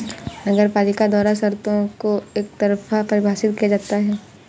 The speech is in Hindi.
नगरपालिका द्वारा शर्तों को एकतरफा परिभाषित किया जाता है